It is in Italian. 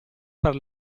per